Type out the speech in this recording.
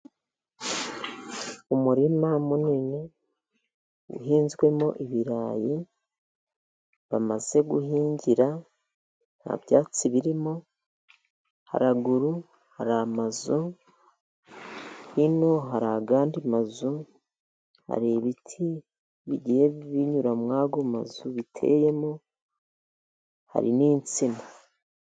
Umurima munini uhinzwemo ibirayi bamaze guhingira nta byatsi birimo, haruguru hari amazu hino hari andi mazu. Hari ibiti bigiye binyura muri ayo mazu biteyemo hari n'insina.